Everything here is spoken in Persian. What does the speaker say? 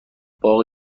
باغ